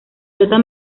flota